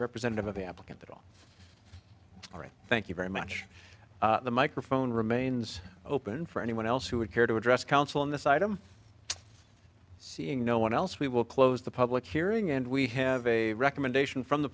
representative of the applicant that all right thank you very much the microphone remains open for anyone else who would care to address council in this item seeing no one else we will close the public hearing and we have a recommendation from the